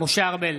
משה ארבל,